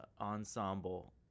ensemble